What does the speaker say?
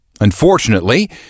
Unfortunately